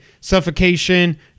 suffocation